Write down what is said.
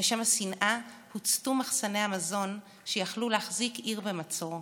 בשם השנאה הוצתו מחסני המזון שיכלו להחזיק עיר במצור.